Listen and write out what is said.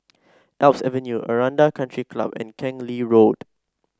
Alps Avenue Aranda Country Club and Keng Lee Road